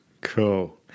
Cool